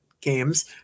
games